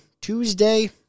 Tuesday